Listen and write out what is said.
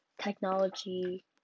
technology